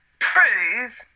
prove